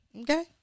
Okay